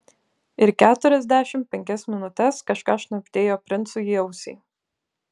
ir keturiasdešimt penkias minutes kažką šnabždėjo princui į ausį